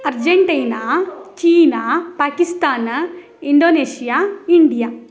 Argentina China Pakistan Indonesia India